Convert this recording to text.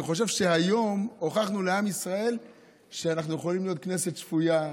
אני חושב שהיום הוכחנו לעם ישראל שאנחנו יכולים להיות כנסת שפויה,